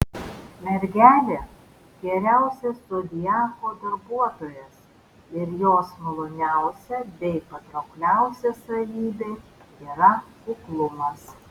mergelė geriausias zodiako darbuotojas ir jos maloniausia bei patraukliausia savybė yra kuklumas